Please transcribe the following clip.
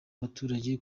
abaturage